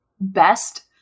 best